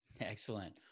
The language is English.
Excellent